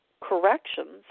corrections